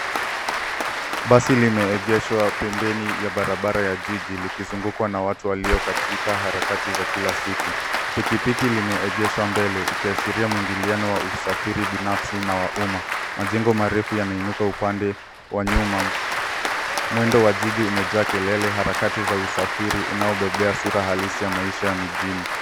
Basi limeegeshwa pembeni ya barabara la jiji likizungukwa na watu walio katika harakati za kila siku. Pikipiki limeegeshwa mbele ikiashiria mwingiliano wa usafiri binafsi na wa umma. Majengo marefu yanainuka upande wa nyuma. Mwendo wa jiji umejaa kelele, harakati za usafiri unaobebea sura halisi ya maisha ya mijini.